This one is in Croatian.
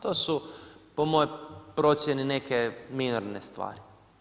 To su po mojoj procjeni neke minorne stvari.